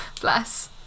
Bless